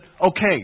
Okay